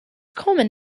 common